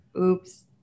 Oops